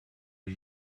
are